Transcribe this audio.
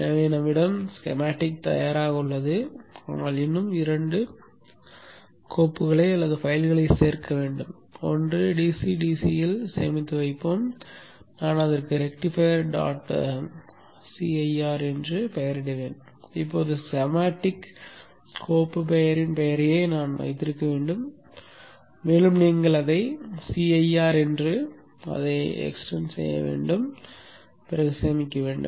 எனவே எங்களிடம் ஸ்கெமாட்டிக் தயாராக உள்ளது ஆனால் இன்னும் 2 கோப்புகளைச் சேர்க்க வேண்டும் 1 கோப்பை DC DC இல் சேமித்து வைப்போம் நான் அதற்கு ரெக்டிஃபையர் dot cir என்று பெயரிடுவேன் எப்போதும் ஸ்கீமாடிக் கோப்பு பெயரின் பெயரையே வைத்திருக்க வேண்டும் மேலும் நீங்கள் அதை cir என்று நீட்டிப்புடன் அதை சேமிக்க வேண்டும்